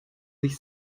sich